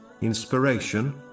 inspiration